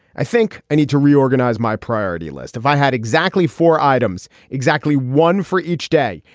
i think i need to reorganize my priority list. if i had exactly four items. exactly one for each day.